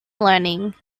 learning